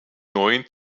neuen